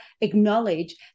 acknowledge